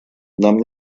нам